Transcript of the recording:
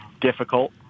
difficult